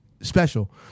special